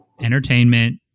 entertainment